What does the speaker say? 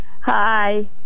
Hi